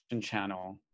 channel